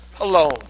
alone